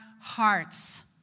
hearts